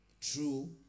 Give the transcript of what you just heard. true